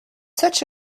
such